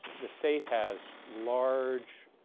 the state has large,